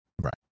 right